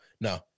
no